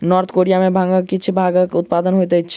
north Korea में भांगक किछ भागक उत्पादन होइत अछि